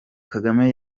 kagame